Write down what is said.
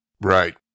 Right